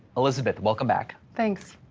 elisabeth, welcome back. thanks.